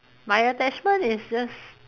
my attachment is just